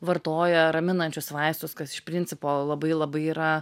vartoja raminančius vaistus kas iš principo labai labai yra